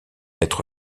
être